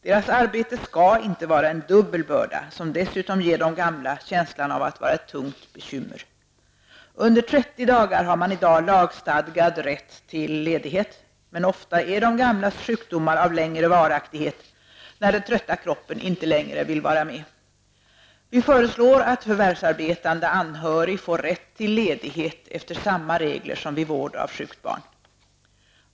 Deras arbete skall inte vara en dubbel börda, som dessutom ger de gamla känslan av att vara ett tungt bekymmer. Under 30 men ofta är de gamlas sjukdomar av längre varaktighet när den trötta kroppen inte längre vill vara med. Vi föreslår att förvärvsarbetande anhörig får rätt till ledighet efter samma regler som vid vård av sjukt barn.